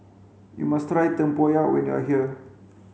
you must try Tempoyak when you are here